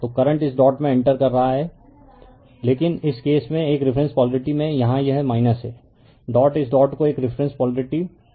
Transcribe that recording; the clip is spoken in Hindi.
तो करंट इस डॉट में इंटर कर रहा है लेकिन इस केस में एक रिफरेन्स पोलारिटी में यहां यह है डॉट इस डॉट को एक रिफरेन्स पोलारिटी पर रखा गया है